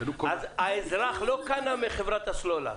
האזרח לא קנה מחברת הסלולר.